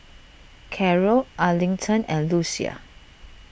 Carrol Arlington and Lucia